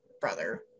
brother